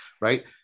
right